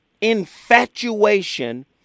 infatuation